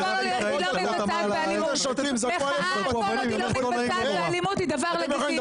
שלא מתבצעת באלימות היא דבר לגיטימי.